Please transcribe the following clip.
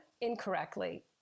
incorrectly